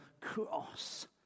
cross